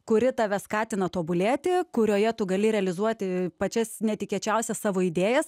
kuri tave skatina tobulėti kurioje tu gali realizuoti pačias netikėčiausias savo idėjas